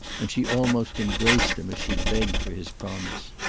and she almost embraced him as she begged for his promise.